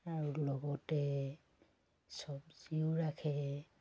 আৰু লগতে চব্জিও ৰাখে